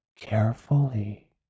carefully